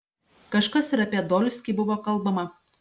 kažkas ir apie dolskį buvo kalbama